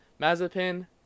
Mazepin